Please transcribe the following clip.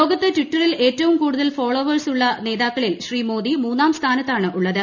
ലോകത്ത് ടിറ്ററിൽ ഏറ്റവും കൂടുതൽ ഫോളോവേഴ്സുള്ള ലോക നേതാക്കളിൽ മോദി മൂന്നാം സ്ഥാനത്താണുള്ളത്